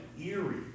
eerie